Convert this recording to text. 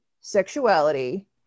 sexuality